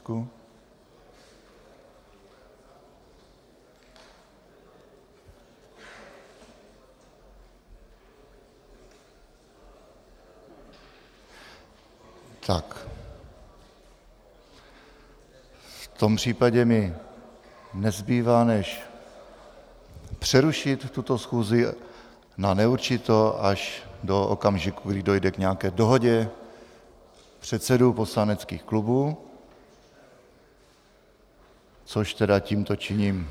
V tom případě mi nezbývá než přerušit tuto schůzi na neurčito až do okamžiku, kdy dojde k nějaké dohodě předsedů poslaneckých klubů, což tedy tímto činím.